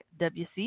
WC